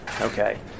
Okay